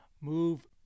move